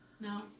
No